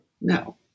No